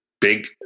big